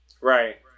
Right